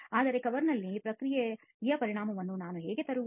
ಆದರೆ ಕವರ್ನಲ್ಲಿ ಪ್ರಕ್ರಿಯೆಯ ಪರಿಣಾಮವನ್ನು ನಾನು ಹೇಗೆ ತರುವುದು